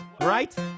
right